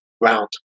round